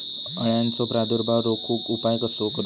अळ्यांचो प्रादुर्भाव रोखुक उपाय कसो करूचो?